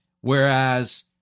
Whereas